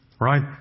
Right